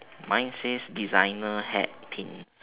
mine says designer hat pins